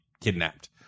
kidnapped